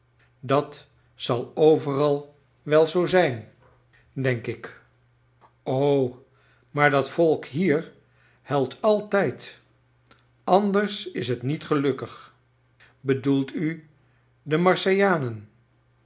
dat zal overal wel zoo zijn denk ik maar dat volk hier huilt altijd anders is het niet gelukkig bedoelt u de